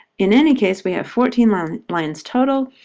in any case, we have fourteen lines lines total,